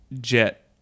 Jet